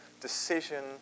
decision